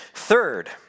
Third